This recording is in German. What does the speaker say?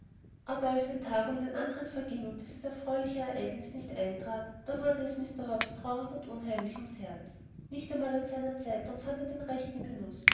aber als ein tag um den andern verging und dieses erfreuliche ereignis nicht eintrat da wurde es mr hobbs traurig und unheimlich ums herz nicht einmal an seiner zeitung fand er den rechten genuß